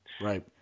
Right